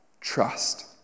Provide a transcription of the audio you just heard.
trust